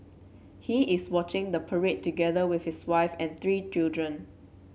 he is watching the parade together with his wife and three children